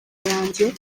yanjye